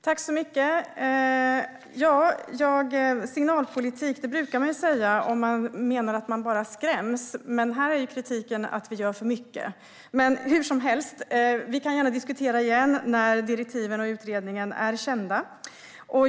Fru ålderspresident! Med signalpolitik brukar man avse skrämselpolitik. Här är dock kritiken att vi gör för mycket. Hur som helst, vi kan gärna diskutera igen när direktiven och utredningen är kända.